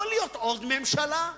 לא להיות עוד ממשלה.